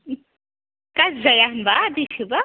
गाज्रि जाया होनबा दै सोबा